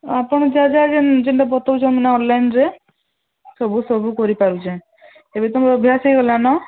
ଆପଣ ଯାହା ଯାହା ଯେମିତି କହୁଛନ୍ତି ନା ଅନଲାଇନ୍ରେ ସବୁ ସବୁ କରିପାରୁଛି ଏବେ ତ ମୋର ଅଭ୍ୟାସ ହୋଇଗଲାଣି